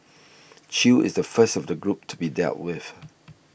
chew is the first of the group to be dealt with